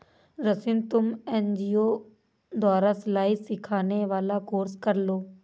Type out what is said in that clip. रश्मि तुम एन.जी.ओ द्वारा सिलाई सिखाने वाला कोर्स कर लो